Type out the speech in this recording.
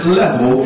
level